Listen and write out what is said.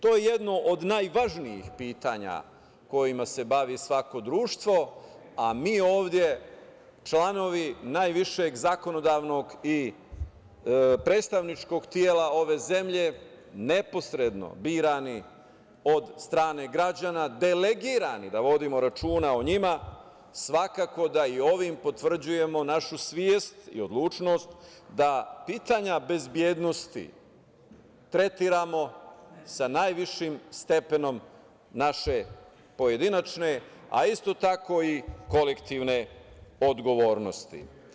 To je jedno od najvažnijih pitanja kojima se bavi svako društvo, a mi ovde članovi najvišeg zakonodavnog i predstavničkog tela ove zemlje neposredno birani od strane građana, delegirani, da vodimo računa o njima, svakako da i ovim potvrđujemo našu svest i odlučnost da pitanja bezbednosti tretiramo sa najvišim stepenom naše pojedinačne, a isto tako i kolektivne odgovornosti.